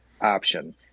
option